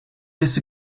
this